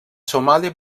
somàlia